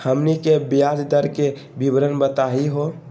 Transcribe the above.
हमनी के ब्याज दर के विवरण बताही हो?